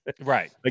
right